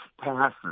passes